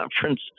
conference